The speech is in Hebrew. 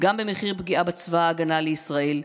גם במחיר פגיעה בצבא ההגנה לישראל,